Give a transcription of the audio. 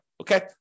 Okay